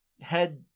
head